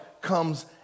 comes